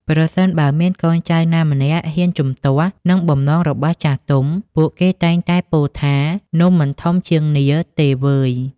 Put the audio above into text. ប្រសិនបើមានកូនចៅណាម្នាក់ហ៊ានជំទាស់នឹងបំណងរបស់ចាស់ទុំ ពួកគេតែងតែពោលថា នំមិនធំជាងនាឡិទេវើយ។